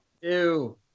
Ew